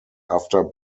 after